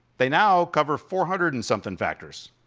they now cover four hundred and something factors.